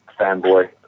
fanboy